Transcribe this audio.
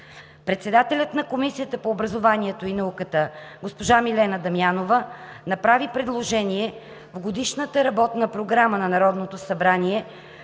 Председателят на Комисията по образованието и науката Милена Дамянова направи предложение в Годишната работна програма на Народното събрание